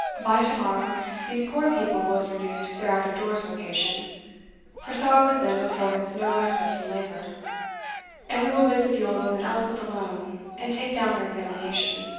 by to-morrow these poor people will have renewed their out-of-doors vocation for sorrow with them affords no respite from labour and we will visit the old woman elspeth alone, and take down her examination.